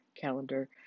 calendar